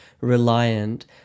reliant